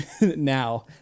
now